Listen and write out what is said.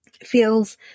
feels